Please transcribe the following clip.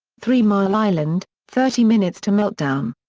three mile island thirty minutes to meltdown.